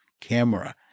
Camera